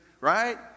right